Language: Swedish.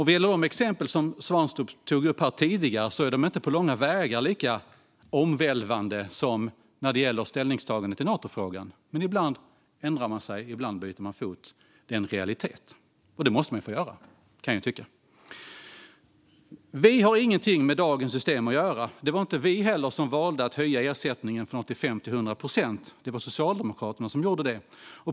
Vad gäller de exempel som Svantorp tog upp här tidigare är de inte på långa vägar lika omvälvande som när det gäller ställningstagandet i Natofrågan, men ibland ändrar man sig och byter fot - det är en realitet. Och man måste få göra det, kan jag tycka. Vi har ingenting med dagens system att göra. Det var inte heller vi som valde att höja ersättningen från 85 till 100 procent, utan det var Socialdemokraterna som gjorde det.